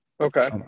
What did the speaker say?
Okay